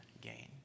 gain